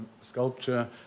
sculpture